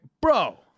Bro